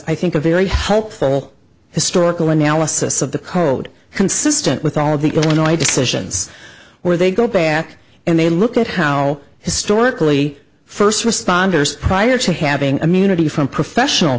i think a very hopeful historical analysis of the code consistent with all of the illinois decisions where they go back and they look at how historically first responders prior to having immunity from professional